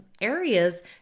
areas